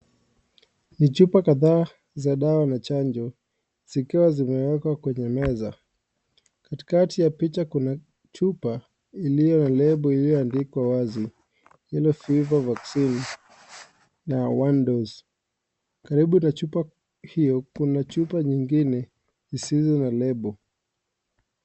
Ni chupa kadhaa za dawa za chanjo zikiwa zimewekwa kwenye meza. Katikati ya picha kuna chupa iliyo na lebo iliyoandikwa wazi " Yellow Fever Vaccine " na "One Dose". Karibu na chupa hiyo, una chupa nyingine zisizo na lebo.